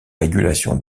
régulation